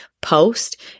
post